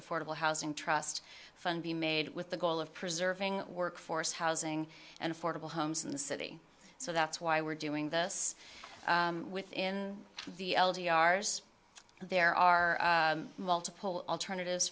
affordable housing trust fund be made with the goal of preserving workforce housing and affordable homes in the city so that's why we're doing this within the elegy r s there are multiple alternatives